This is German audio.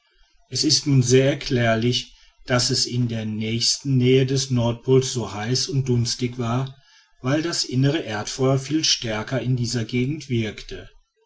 es ist nun sehr erklärlich daß es in der nächsten nähe des nordpols so heiß und dunstig war weil das innere erdfeuer viel stärker in dieser gegend wirkte